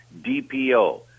DPO